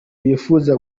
yifuza